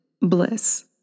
bliss